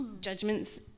judgments